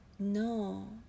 No